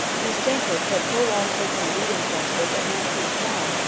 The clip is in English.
miss jenkyns had so long taken the lead in cranford that now she was gone,